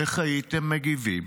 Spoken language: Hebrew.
איך הייתם מגיבים